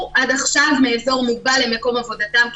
עד עכשיו מאזור מוגבל למקום עבודתם,